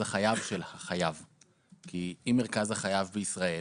חייו של החייב כי אם מרכז חייו בישראל